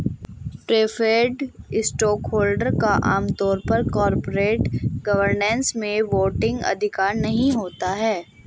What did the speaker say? preferred stockholder का आम तौर पर कॉरपोरेट गवर्नेंस में वोटिंग अधिकार नहीं होता है